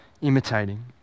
imitating